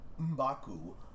M'Baku